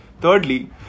Thirdly